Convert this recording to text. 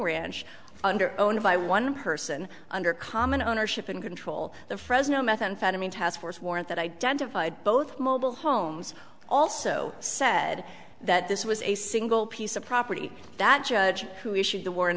ranch under owned by one person under common ownership and control the fresno methamphetamine task force warrant that identified both mobile homes also said that this was a single piece of property that judge who issued the war